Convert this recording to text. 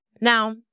Now